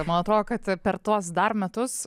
man atrodo kad per tuos dar metus